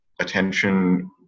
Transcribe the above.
attention